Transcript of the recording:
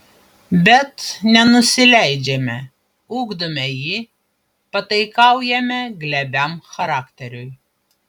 bet nenusileidžiame ugdome jį pataikaujame glebiam charakteriui